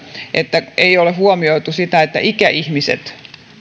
että ei ole huomioitu sitä että ikäihmiset